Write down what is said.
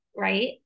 right